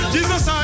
Jesus